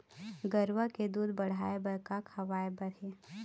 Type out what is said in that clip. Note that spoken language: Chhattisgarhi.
गरवा के दूध बढ़ाये बर का खवाए बर हे?